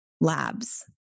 labs